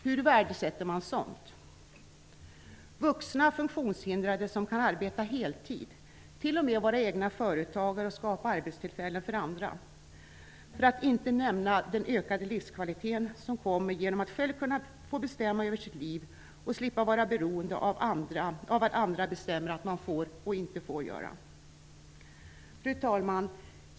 Hur värdesätter man sådant? Det finns vuxna funktionshindrade som kan arbeta heltid och t.o.m. vara egna företagare och skapa arbetstillfällen för andra. Sist men inte minst vill jag nämna den ökade livskvalitet som kommer av att själv kunna få bestämma över sitt liv och slippa vara beroende av vad andra bestämmer att man får eller inte får göra. Fru talman!